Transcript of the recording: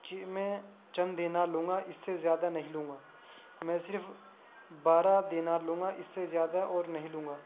کہ میں چند دینار لوں گا اس سے زیادہ نہیں لوں گا میں صرف بارہ دینار لوں گا اس سے زیادہ اور نہیں لوں گا